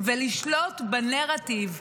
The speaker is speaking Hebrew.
ולשלוט בנרטיב,